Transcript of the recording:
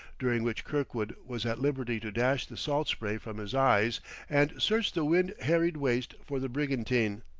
during which kirkwood was at liberty to dash the salt spray from his eyes and search the wind-harried waste for the brigantine.